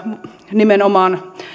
nimenomaan